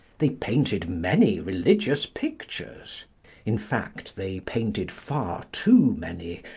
they painted many religious pictures in fact, they painted far too many,